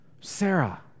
Sarah